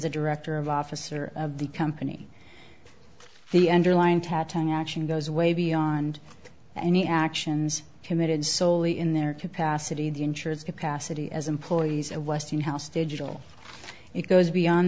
a director of officer of the company the underlying tattling action goes way beyond any actions committed solely in their capacity the insurers capacity as employees of westinghouse digital it goes beyond